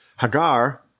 Hagar